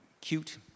cute